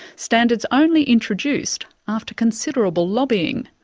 standards only introduced after considerable lobbying.